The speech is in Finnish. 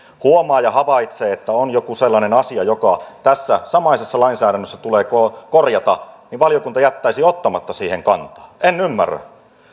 huomaa ja havaitsee että on joku sellainen asia joka tässä samaisessa lainsäädännössä tulee korjata valiokunta jättäisi ottamatta siihen kantaa en ymmärrä